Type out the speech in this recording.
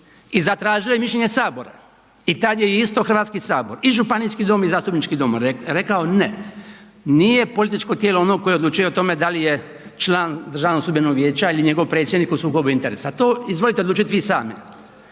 i zatražilo je mišljenje Sabora. I tada je isto Hrvatski sabor i Županijski i Zastupnički dom rekao ne, nije političko tijelo ono koje odlučuje o tome da li je član Državnog sudbenog vijeća ili njegov predsjednik u sukobu interesa, to izvolite odlučiti vi sami.